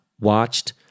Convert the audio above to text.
watched